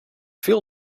veel